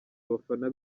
abafana